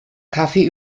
kaffee